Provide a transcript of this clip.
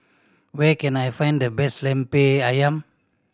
where can I find the best Lemper Ayam